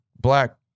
black